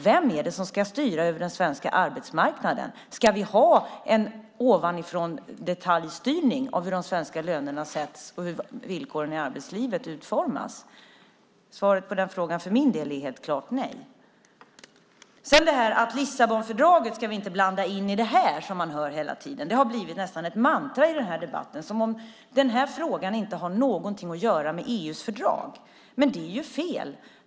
Vem är det som ska styra över den svenska arbetsmarknaden? Ska vi ha en ovanifråndetaljstyrning av hur de svenska lönerna sätts och hur villkoren i arbetslivet utformas? Svaret på den frågan är för min del helt klart nej. Lissabonfördraget ska vi inte blanda in i det här, hör man hela tiden. Det har blivit nästan ett mantra i debatten, som om den här frågan inte har någonting att göra med EU:s fördrag. Men det är fel!